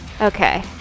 Okay